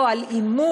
או על אימוץ,